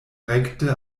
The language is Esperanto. rekte